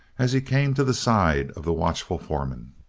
as he came to the side of the watchful foreman.